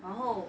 然后